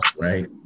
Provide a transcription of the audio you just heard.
right